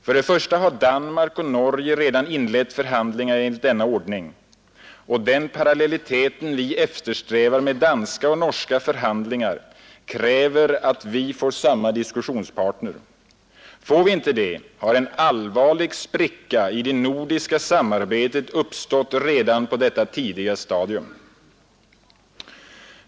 För det första har Danmark och Norge redan inlett förhandlingar enligt denna ordning, och den parallellitet vi eftersträvar med danska och norska förhandlingar kräver att vi får samma diskussionspartner. Får vi inte det, har en allvarlig spricka i det nordiska samarbetet uppstått redan på detta tidiga stadium.